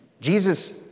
Jesus